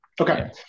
Okay